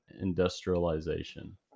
industrialization